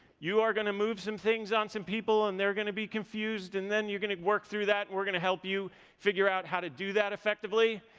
you are gonna move some things on some people and they're gonna be confused and then you're going to work through that and we're gonna help you figure out how to do that effectively.